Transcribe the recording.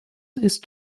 ist